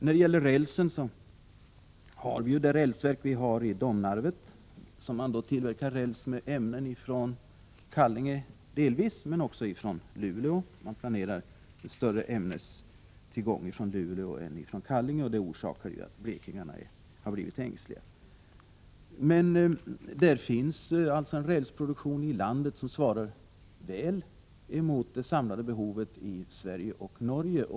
När det gäller rälsproduktionen vill jag påpeka att vi har ett rälsverk i Domnarvet, där man tillverkar räls av ämnen från Kallinge, men framför allt från Luleå. Man planerar för en större ämnestillförsel från Luleå än från Kallinge. Det har gjort att blekingarna har blivit ängsliga. Det finns alltså en rälsproduktion i landet som svarar väl mot det samlade behovet i Sverige och Norge.